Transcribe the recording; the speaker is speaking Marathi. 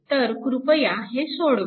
तर कृपया हे सोडवा